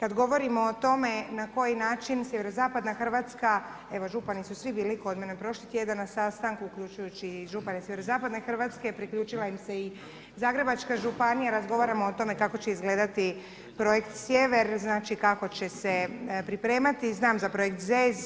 Kad govorimo o tome na koji način sjeverozapadna Hrvatska, evo župani su svi bili kod mene prošli tjedan na sastanku uključujući i župane iz sjeverozapadne Hrvatske, priključila im se i Zagrebačka županija razgovaramo o tome kako će izgledati Projekt sjever, znači kako će se pripremati, znam za Projekt ZES,